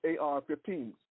AR-15s